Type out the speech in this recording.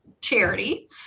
charity